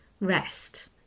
rest